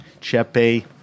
Chepe